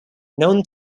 known